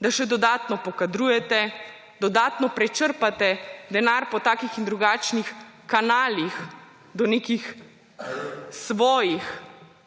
da še dodatno pokadrujete, dodatno prečrpate denar po takih in drugačnih kanalih do nekih svojih